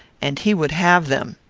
and he would have them.